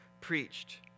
preached